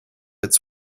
its